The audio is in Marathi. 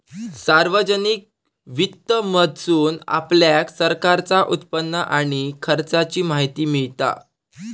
सार्वजनिक वित्त मधसून आपल्याक सरकारचा उत्पन्न आणि खर्चाची माहिती मिळता